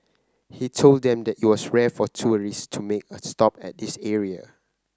he told them that it was rare for tourist to make a stop at this area